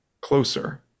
closer